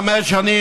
חמש שנים,